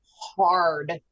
hard